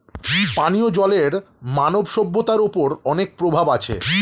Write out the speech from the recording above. পানিও জলের মানব সভ্যতার ওপর অনেক প্রভাব আছে